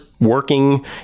working